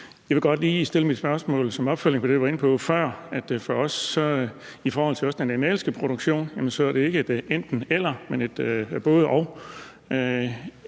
Jeg vil godt lige stille et spørgsmål som opfølgning på det, jeg var inde på før. For os er det også i forhold til den animalske produktion ikke et enten-eller, men et både-og.